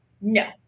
No